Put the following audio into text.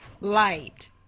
light